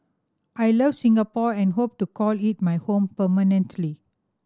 I love Singapore and hope to call it my home permanently